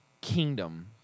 kingdom